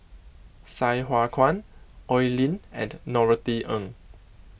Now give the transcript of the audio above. Sai Hua Kuan Oi Lin and Norothy Ng